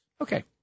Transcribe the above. Okay